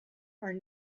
are